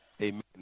Amen